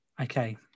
Okay